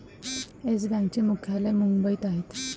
yes बँकेचे मुख्यालय मुंबईत आहे